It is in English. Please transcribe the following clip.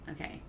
Okay